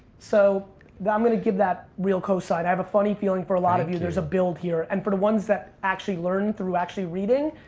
so i'm gonna give that real cosign i have a funny feeling for a lot of you there's a build here. and for the ones that actually learn through actually reading,